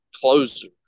closer